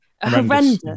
Horrendous